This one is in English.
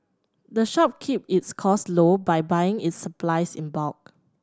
the shop keeps its costs low by buying its supplies in bulk